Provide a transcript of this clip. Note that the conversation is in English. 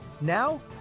now